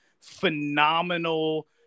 phenomenal